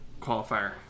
qualifier